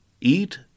Eat